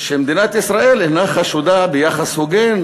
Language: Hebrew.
שמדינת ישראל אינה חשודה ביחס הוגן